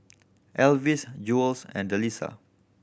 Elvis Jewell's and Delisa